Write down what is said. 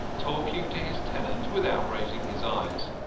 talking to his tenant without raising his eyes.